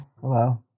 Hello